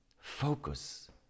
focus